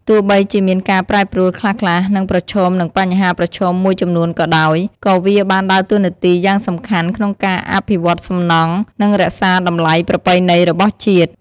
ទោះបីជាមានការប្រែប្រួលខ្លះៗ និងប្រឈមនឹងបញ្ហាប្រឈមមួយចំនួនក៏ដោយ ក៏វាបានដើរតួនាទីយ៉ាងសំខាន់ក្នុងការអភិវឌ្ឍន៍សំណង់ និងរក្សាតម្លៃប្រពៃណីរបស់ជាតិ។